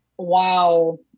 wow